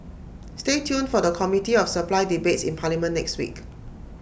A product summary describes the features of an insurance product